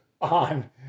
on